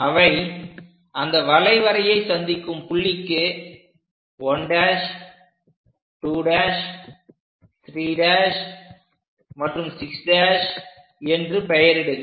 அவை அந்த வளைவரையை சந்திக்கும் புள்ளிக்கு 1' 2 3 மற்றும் 6' என்று பெரியரிடுக